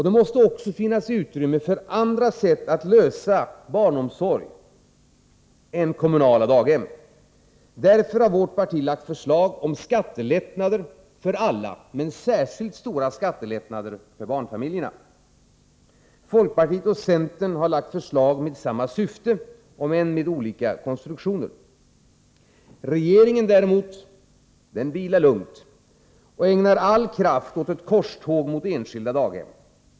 Det måste också finnas utrymme för andra sätt att lösa barnomsorg än kommunala daghem. Därför har vårt parti lagt förslag om skattelättnader för alla men särskilt stora skattelättnader för barnfamiljerna. Folkpartiet och centern har lagt förslag med samma syfte om än med olika konstruktioner. Regeringen, däremot, vilar lugnt och ägnar all kraft åt ett korståg mot enskilda daghem.